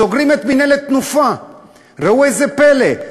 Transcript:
סוגרים את מינהלת "תנופה"; ראו איזה פלא,